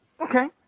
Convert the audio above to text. Okay